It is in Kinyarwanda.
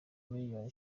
miliyoni